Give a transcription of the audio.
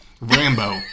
Rambo